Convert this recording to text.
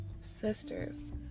sisters